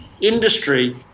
industry